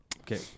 okay